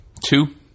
two